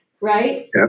Right